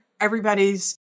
everybody's